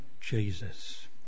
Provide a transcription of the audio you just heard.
Jesus